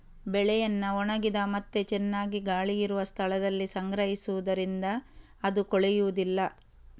ಬೆಳೆಯನ್ನ ಒಣಗಿದ ಮತ್ತೆ ಚೆನ್ನಾಗಿ ಗಾಳಿ ಇರುವ ಸ್ಥಳದಲ್ಲಿ ಸಂಗ್ರಹಿಸುದರಿಂದ ಅದು ಕೊಳೆಯುದಿಲ್ಲ